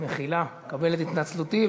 מחילה, קבל את התנצלותי.